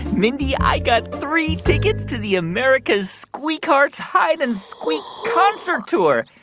mindy, i got three tickets to the america's squeakhearts hide and squeak concert tour.